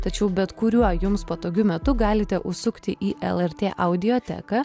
tačiau bet kuriuo jums patogiu metu galite užsukti į lrt audioteką